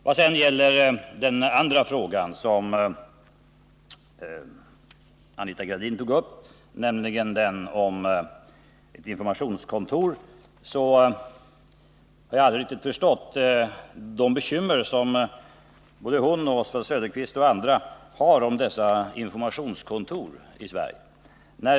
Vad sedan gäller den andra frågan som Anita Gradin tog upp — nämligen den om ett informationskontor — har jag aldrig riktigt förstått de bekymmer som hon, Oswald Söderqvist och andra har om informationskontor i Sverige.